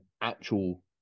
actual